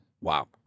Wow